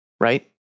right